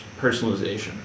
personalization